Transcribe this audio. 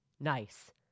nice